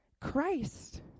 Christ